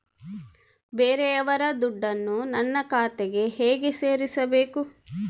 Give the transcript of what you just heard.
ಬೇರೆಯವರ ದುಡ್ಡನ್ನು ನನ್ನ ಖಾತೆಗೆ ಹೇಗೆ ಸೇರಿಸಬೇಕು?